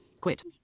Quit